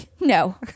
No